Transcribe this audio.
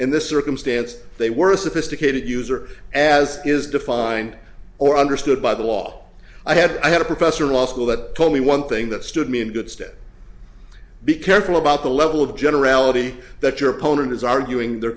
in this circumstance they were sophisticated user as is defined or understood by the law i had had a professor law school that told me one thing that stood me in good stead be careful about the level of generality that your opponent is arguing their